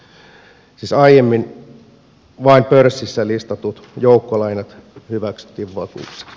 siis aiemmin vain pörssissä listatut joukkolainat hyväksyttiin vakuuksiksi